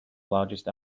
largest